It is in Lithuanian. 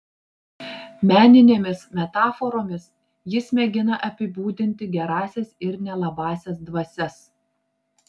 meninėmis metaforomis jis mėgina apibūdinti gerąsias ir nelabąsias dvasias